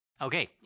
Okay